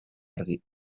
argi